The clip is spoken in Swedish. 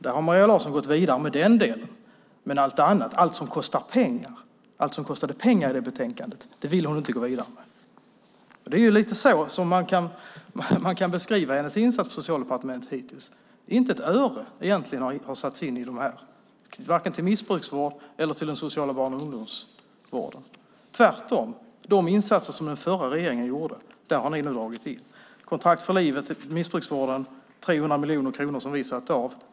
Maria Larsson har gått vidare med det, men det som kostade pengar i betänkandet ville hon inte gå vidare med. Så kan man beskriva Maria Larssons insatser på Socialdepartementet. Inte ett öre har satts in i missbrukarvården eller den sociala barn och ungdomsvården. Tvärtom har ni dragit in de insatser som den förra regeringen gjorde. Vi satte av 300 miljoner kronor för Kontrakt för livet och missbrukarvård . De är borta.